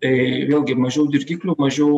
tai vėlgi mažiau dirgiklių mažiau